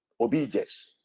Obedience